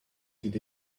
did